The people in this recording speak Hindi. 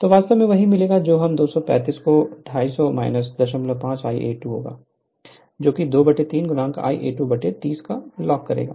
तो वास्तव में वही मिलेगा जो उस 235 को 250 05 Ia2 होगा 23 Ia2 30 तक कॉल करेगा